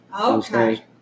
okay